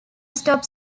stops